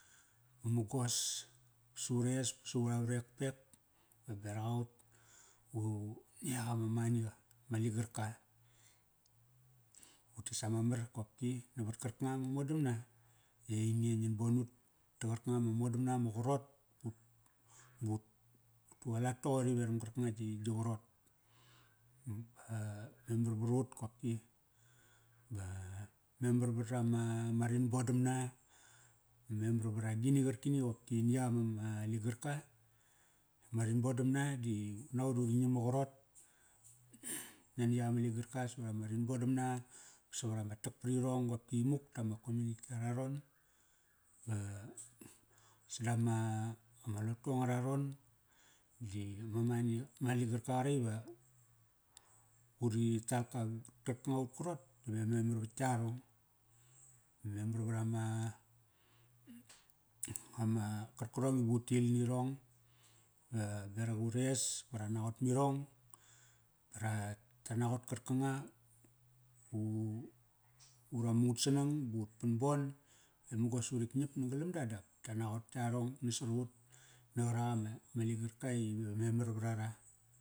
Va mugos sa ures pa sa ura varekpek. Va berak aut va ni yanga ma maniqa, ma ligarka. Utes ama mar kopki navat karkanga ma modamna di ainge ngin bon ut ta qarkanga ma modamna ma qarot. Va ut, utu alat toqori veram qarkanga gi, gi qarot. Ba, memar varut kopki. Ba memar varama, ma rinbodamna, ba memar vara gini qarkini qopki ni yak am, ma ligarka. Ma rinbodamna di ut naqot i uring ngiam ma qarot nani yak ama ligarka savat ama rinbodamna ba savt ama tak parirong qopki imuk dama community ara ron. Ba sadama, ama lotu angara ron, di ma money, ma ligarka qarak iva, uri talka. Karkanga ut karot diva memar vat yarong. Ba memar vara ma karkarongi ivu til nirong va berak ures ba ranaqot mirong. Ba ra, ta naqot karkanga, u, ura mu ngat sanang ba ut vanbon i mugos urik ngiap ngalamda dap ta naqot yarong narasut. Na qarak ama ma ligarka ive memar vra ra.